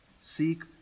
Seek